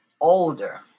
older